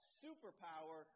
superpower